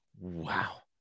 Wow